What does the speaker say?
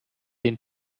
den